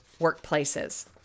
workplaces